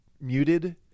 Muted